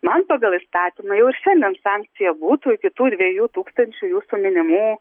man pagal įstatymą jau šiandien sankcija būtų iki tų dviejų tūkstančių jūsų minimų